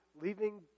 leaving